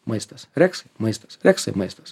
maistas reksai maistas reksai maistas